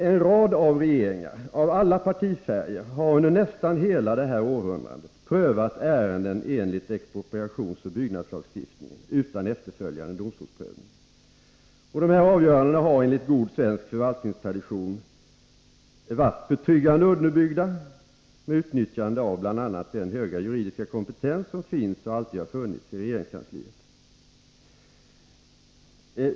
En rad av regeringar av alla partifärger har under nästan hela detta århundrade prövat ärenden enligt expropriationsoch byggnadslagstiftningen utan efterföljande domstolsprövning, och avgöranden har enligt god svensk förvaltningstradition varit betryggande underbyggda med utnyttjande av bl.a. den höga juridiska kompetens som finns och alltid har funnits i regeringskansliet.